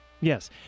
Yes